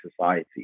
society